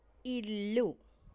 ఇల్లు